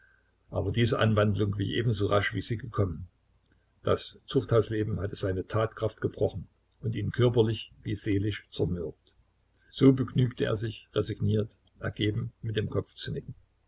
aber diese anwandlung wich ebenso rasch wie sie gekommen das zuchthausleben hatte seine tatkraft gebrochen und ihn körperlich wie seelisch zermürbt so begnügte er sich resigniert ergeben mit dem kopf zu nicken